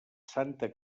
santa